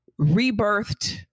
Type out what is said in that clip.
rebirthed